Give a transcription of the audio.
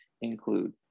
include